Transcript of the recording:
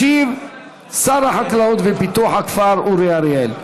ישיב שר החקלאות ופיתוח הכפר אורי אריאל.